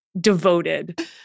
devoted